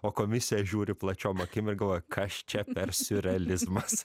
o komisija žiūri plačiom akim ir galvoja kas čia per siurrealizmas